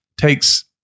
Takes